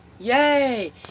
Yay